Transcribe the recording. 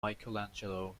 michelangelo